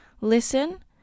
Listen